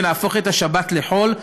ונהפוך את השבת לחול,